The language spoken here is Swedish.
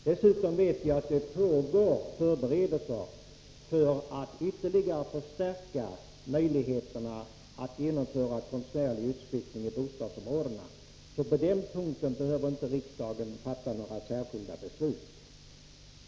Dessutom vet jag att det pågår förberedelser för att ytterligare förstärka möjligheterna att genomföra konstnärlig utsmyckning i bostadsområdena, så på den punkten behöver riksdagen inte fatta några särskilda beslut.